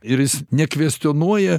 ir jis nekvestionuoja